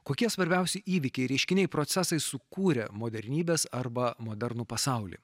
kokie svarbiausi įvykiai reiškiniai procesai sukūrė modernybės arba modernų pasaulį